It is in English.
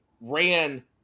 ran